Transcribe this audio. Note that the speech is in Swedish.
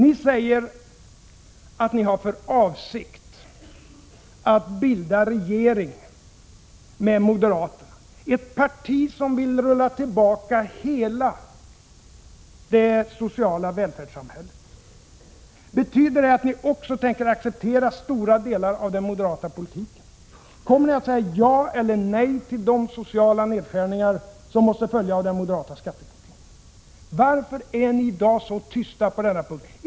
Ni säger att ni har för avsikt att bilda regering med moderaterna — ett parti som vill ”rulla tillbaka” hela det sociala välfärdssamhället. Betyder det att ni också tänker acceptera stora delar av den moderata politiken? Kommer ni att säga ja eller kommer ni att säga nej till de sociala nedskärningar som måste följa av moderaternas skattepolitik? Varför är ni i dag så tysta på denna punkt?